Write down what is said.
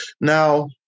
Now